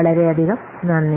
വളരെയധികം നന്ദി